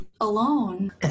alone